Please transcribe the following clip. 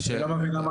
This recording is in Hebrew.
אני לא מבין למה